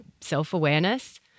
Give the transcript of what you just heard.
Self-awareness